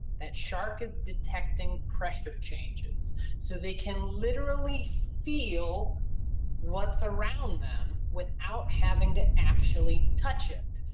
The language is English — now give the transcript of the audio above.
that shark is detecting pressure changes so they can literally feel what's around them without having to actually touch it.